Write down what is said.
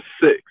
six